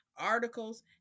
articles